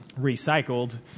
recycled